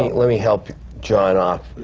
let me help jon out,